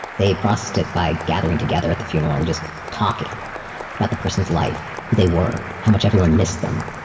they processed it by gathering together at the funeral and just talking about the person's life, who they were, how much everyone missed them.